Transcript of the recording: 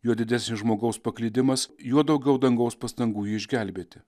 juo didesnis žmogaus paklydimas juo daugiau dangaus pastangų jį išgelbėti